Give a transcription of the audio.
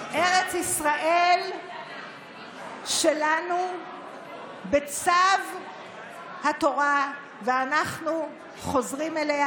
ארץ ישראל שלנו בצו התורה, ואנחנו חוזרים אליה,